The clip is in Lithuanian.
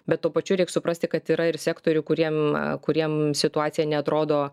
bet tuo pačiu reik suprasti kad yra ir sektorių kuriem kuriem situacija neatrodo